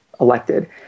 elected